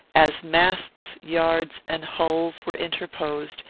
as masts, yards, and hulls were interposed,